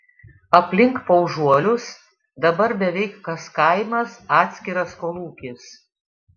aplink paužuolius dabar beveik kas kaimas atskiras kolūkis